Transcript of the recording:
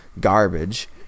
garbage